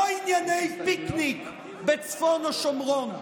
לא על ענייני פיקניק בצפון השומרון.